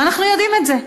ואנחנו יודעים את זה,